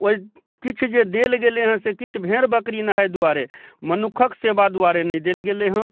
ओहि किछु जे देल गेलै हँ से किछु भेड़ बकरी नाहित दुआरे मनुखक सेवा दुआरे नहि देल गेलै हँ